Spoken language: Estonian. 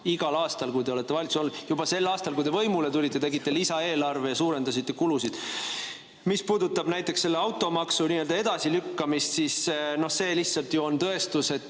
igal aastal, kui te olete valitsuses olnud. Juba sel aastal, kui te võimule tulite, tegite te lisaeelarve ja suurendasite kulusid. Mis puudutab näiteks automaksu nii-öelda edasilükkamist, siis see ju on tõestus,